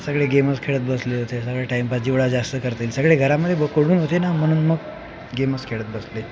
सगळे गेमच खेळत बसले होते सगळे टाइमपास जेवढा जास्त करता येईल सगळे घरामध्ये कोंडून होते ना म्हणून मग गेमच खेळत बसले